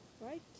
right